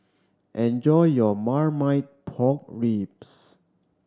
enjoy your Marmite Pork Ribs